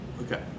Okay